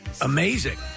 amazing